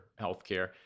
healthcare